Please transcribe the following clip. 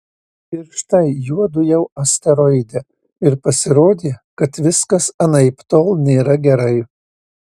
ir štai juodu jau asteroide ir pasirodė kad viskas anaiptol nėra gerai